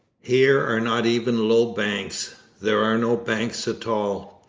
here are not even low banks there are no banks at all.